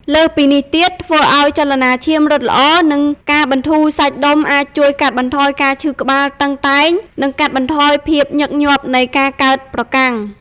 លើសពីនេះទៀត ធ្វើអោយចលនាឈាមរត់ល្អ និងការបន្ធូរសាច់ដុំអាចជួយកាត់បន្ថយការឈឺក្បាលតឹងតែង និងកាត់បន្ថយភាពញឹកញាប់នៃការកើតប្រកាំង។